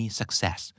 success